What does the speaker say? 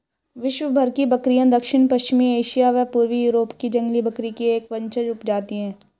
विश्वभर की बकरियाँ दक्षिण पश्चिमी एशिया व पूर्वी यूरोप की जंगली बकरी की एक वंशज उपजाति है